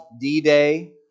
D-Day